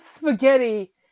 spaghetti